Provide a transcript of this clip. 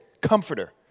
comforter